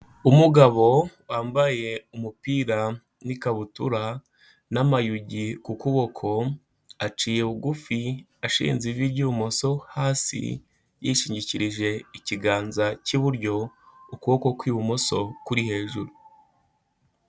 Umugabo wambaye umupira n'ikabutura n'amayugi ku kuboko, aciye bugufi ashinze ivi ry'ibumoso hasi yishingikirije ikiganza cy'iburyo, ukuboko kw'ibumoso kuri hejuru.